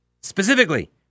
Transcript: specifically